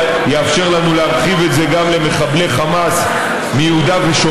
לסעיף הבא בסדר-היום: הצעת חוק הפיקוח על מעונות יום לפעוטות,